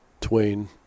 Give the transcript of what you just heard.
Twain